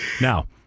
now